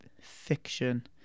fiction